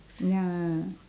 ya